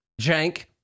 Jank